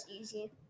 easy